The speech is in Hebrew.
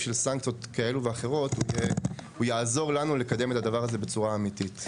של סנקציות כאלו ואחרות הוא יעזור לנו לקדם את הדבר הזה בצורה אמיתית.